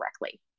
correctly